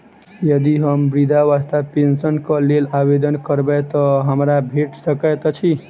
यदि हम वृद्धावस्था पेंशनक लेल आवेदन करबै तऽ हमरा भेट सकैत अछि?